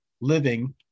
living